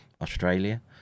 Australia